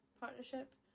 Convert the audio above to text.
partnership